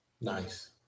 Nice